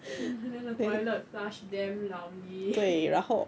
and then 那个 toilet flush damn loudly